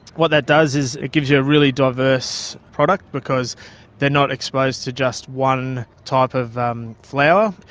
what that does is it gives you a really diverse product because they are not exposed to just one type of um flower.